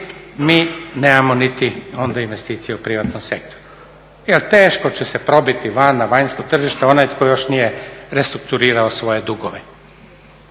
mi nemamo niti onda investicije u privatnom sektoru. Jer teško će se probiti van na vanjsko tržište onaj tko još nije restrukturirao svoje dugove.